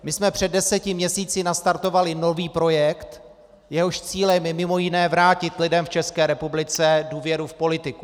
My jsme před deseti měsíci nastartovali nový projekt, jehož cílem je mimo jiné vrátit lidem v České republice důvěru v politiku.